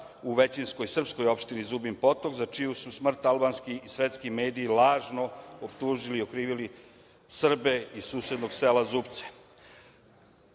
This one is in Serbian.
u većinskoj srpskoj opštini Zubin Potok, za čiji su smrt albanski i svetski mediji lažno optužili, okrivili Srbe iz susednog sela Zupce. Moram